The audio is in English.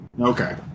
Okay